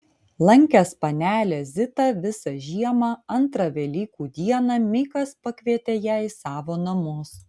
lankęs panelę zitą visą žiemą antrą velykų dieną mikas pakvietė ją į savo namus